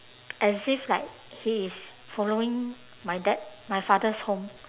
as if like he is following my dad my father's home